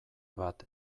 bat